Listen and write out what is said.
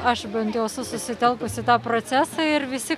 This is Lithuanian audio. aš bent jau esu susitelkus į tą procesą ir visi